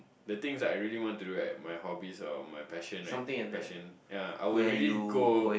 the things that I really want to do right my hobbies or my passion right passion ya I will really go